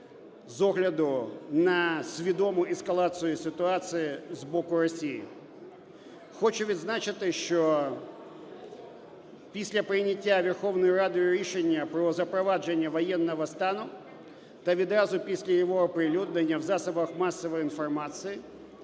з огляду на свідому ескалацію ситуації з боку Росії. Хочу відзначити, що після прийняття Верховною Радою рішення про запровадження воєнного стану та відразу після його оприлюднення в засобах масової інформації,